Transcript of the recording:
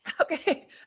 Okay